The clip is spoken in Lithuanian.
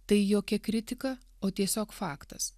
tai jokia kritika o tiesiog faktas